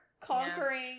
conquering